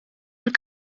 mill